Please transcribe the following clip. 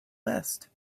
best